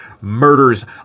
murders